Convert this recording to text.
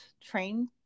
train